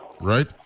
right